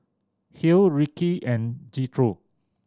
Hale Ricki and Jethro